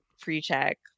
pre-check